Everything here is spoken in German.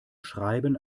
schreiben